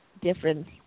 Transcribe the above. difference